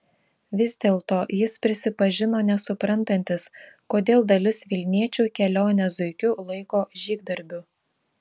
vis dėlto jis prisipažino nesuprantantis kodėl dalis vilniečių kelionę zuikiu laiko žygdarbiu